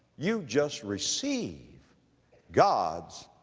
you just receive god's